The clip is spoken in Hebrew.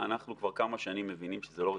אנחנו כבר כמה שנים מבינים שזה לא רציני.